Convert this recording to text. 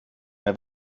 eine